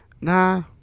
Nah